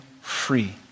free